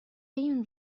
این